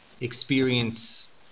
experience